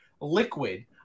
liquid